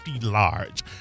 large